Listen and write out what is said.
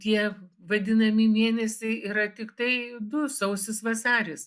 tie vadinami mėnesiai yra tiktai du sausis vasaris